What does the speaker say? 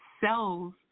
cells